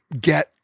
get—